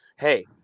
hey